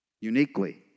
uniquely